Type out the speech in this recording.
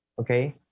Okay